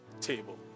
table